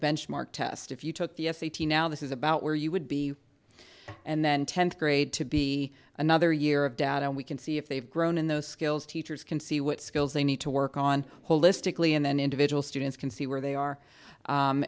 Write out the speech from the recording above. benchmark test if you took the s a t s now this is about where you would be and then tenth grade to be another year of data and we can see if they've grown in those skills teachers can see what skills they need to work on holistically and then individual students can see where they are